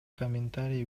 комментарий